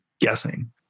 guessing